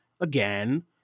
again